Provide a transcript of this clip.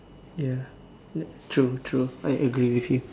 ya true true I agree with you